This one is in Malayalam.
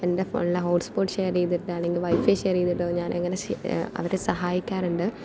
എൻ്റെ ഫോണിലെ ഹോട്ട് സ്പോട്ട് ഷെയർ ചെയ്തിട്ടാണെങ്കിലും വൈഫൈ ഷെയർ ചെയ്തിട്ടോ ഞാനങ്ങനെ അവരെ സഹായിക്കാറുണ്ട്